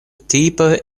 tipoj